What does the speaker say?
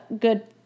good